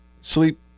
Sleep